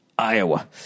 Iowa